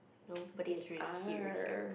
nobody is really here here